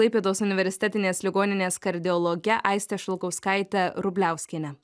klaipėdos universitetinės ligoninės kardiologe aiste šalkauskaite rubliauskiene